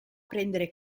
prendere